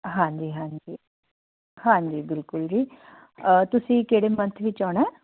ਹਾਂਜੀ ਹਾਂਜੀ ਹਾਂਜੀ ਬਿਲਕੁਲ ਜੀ ਤੁਸੀਂ ਕਿਹੜੇ ਮੰਨਥ ਵਿੱਚ ਆਉਣਾ